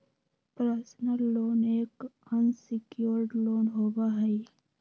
personal loan एक unsecured loan होबा हई